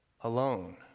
alone